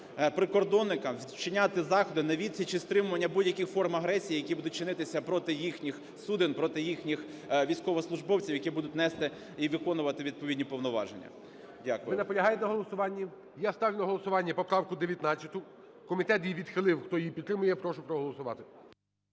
прикордонникам вчиняти заходи на відсіч і стримування будь-яких форм агресії, які будуть чинитися проти їхніх суден, проти їхніх військовослужбовців, які будуть нести і виконувати відповідні повноваження. Дякую. ГОЛОВУЮЧИЙ. Ви наполягаєте на голосуванні? Я ставлю на голосування поправку 19. Комітет її відхилив. Хто її підтримує, я прошу проголосувати.